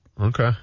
Okay